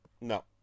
No